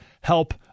help